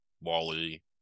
Wally